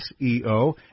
SEO